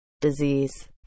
disease